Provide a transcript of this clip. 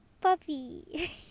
puppy